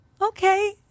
okay